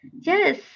Yes